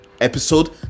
episode